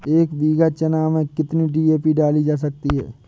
एक बीघा चना में कितनी डी.ए.पी डाली जा सकती है?